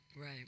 Right